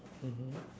mmhmm